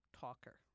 talker